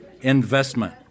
investment